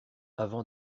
avant